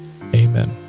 Amen